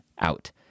out